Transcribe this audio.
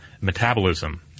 metabolism